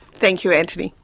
thank you antony.